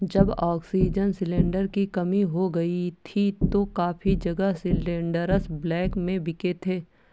जब oxygen cylinder की कमी हो गई थी तो काफी जगह सिलेंडरस ब्लैक में बिके थे